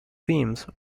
themes